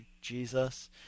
jesus